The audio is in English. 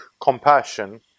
compassion